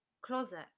Closet